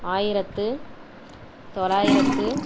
ஆயிரத்து தொள்ளாயிரத்தி